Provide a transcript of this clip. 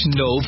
no